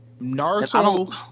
Naruto